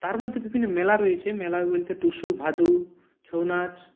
তারমধ্যে বিভিন্ন মেলা রয়েছে মেলা বলতে টুসু ভাদু ছৌ নাচ